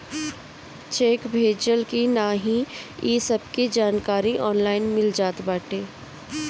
check भजल की नाही इ सबके जानकारी ऑनलाइन मिल जात बाटे